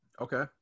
Okay